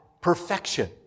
perfection